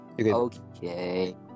Okay